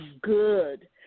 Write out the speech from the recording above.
good